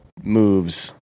moves